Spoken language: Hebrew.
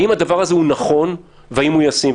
האם הדבר הזה הוא נכון והאם הוא ישים?